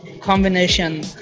combination